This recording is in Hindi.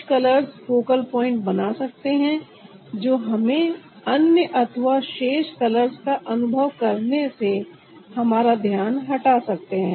कुछ कलर्स फोकल प्वाइंट बना सकते हैं जो हमें अन्य अथवा शेष कलर्स का अनुभव करने से हमारा ध्यान हटा सकते हैं